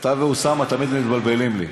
אתה ואוסאמה תמיד מתבלבלים לי,